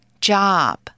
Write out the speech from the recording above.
job